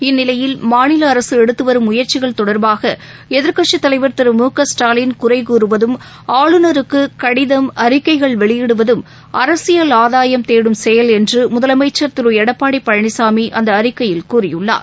இந்நிலையில் மாநிலஅரசுஎடுத்துவரும் முயற்சிகள் தொடர்பாக எதிர்க்கட்சித்தலைவர் திருழுகஸ்டாலின் குறைகூறுவதும் ஆளுநருக்குடிதம் அறிக்கைகள் வெளியிடுவதும் அரசியல் ஆதாயம் தேடும் செயல் என்றுமுதலமைச்சர் திருளடப்பாடிபழனிசாமிஅந்தஅறிக்கையில் கூறியுள்ளார்